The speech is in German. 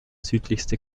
südlichste